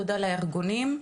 תודה לארגונים,